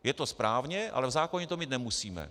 Je to správně, ale v zákoně to mít nemusíme.